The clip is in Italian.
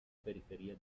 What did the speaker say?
periferia